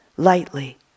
lightly